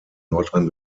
nordrhein